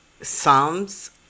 Psalms